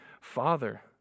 father